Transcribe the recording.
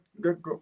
good